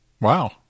Wow